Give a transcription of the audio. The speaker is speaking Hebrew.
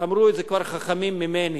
אמרו את זה כבר חכמים ממני,